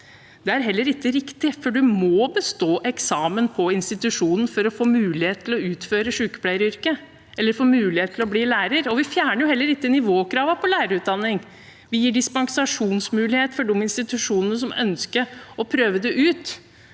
Det er heller ikke riktig, for man må bestå eksamen på institusjonen for å få mulighet til å utføre sykepleieryrket eller til å bli lærer. Vi fjerner jo heller ikke nivåkravene på lærerutdanning. Vi gir dispensasjonsmulighet for de institusjonene som ønsker å prøve det ut,